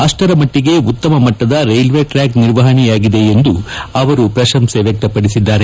ಅಷ್ಟರ ಮಟ್ಟಗೆ ಉತ್ತಮ ಮಟ್ಟದ ರೈಲ್ಲೆ ಟ್ರಾಕ್ ನಿರ್ವಹಣೆಯಾಗಿದೆ ಎಂದು ಪ್ರಶಂಸೆ ವ್ಲಕ್ತಪಡಿಸಿದ್ದಾರೆ